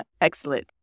Excellent